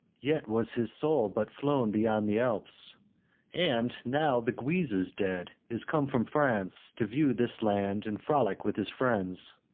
yet was his soul but flown beyond the alps and, now the guise is dead, is come from france, to view this land, and frolic with his friends.